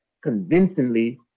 convincingly